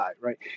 Right